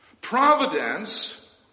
Providence